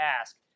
ask